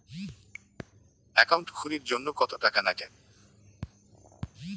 Account খুলির জন্যে কত টাকা নাগে?